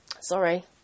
Sorry